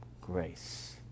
grace